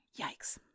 Yikes